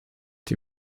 die